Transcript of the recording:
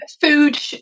food